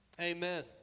Amen